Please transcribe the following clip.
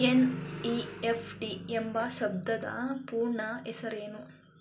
NEFT ಎಂಬ ಶಬ್ದದ ಪೂರ್ಣ ಹೆಸರೇನು?